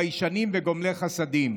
ביישנים וגומלי חסדים.